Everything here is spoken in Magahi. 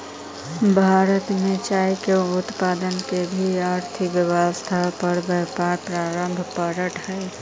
भारत में चाय के उत्पादन के भी अर्थव्यवस्था पर व्यापक प्रभाव पड़ऽ हइ